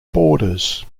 boarders